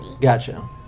Gotcha